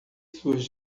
suas